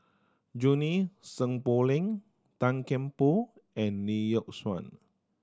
Junie Sng Poh Leng Tan Kian Por and Lee Yock Suan